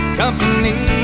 company